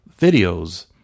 videos